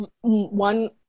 one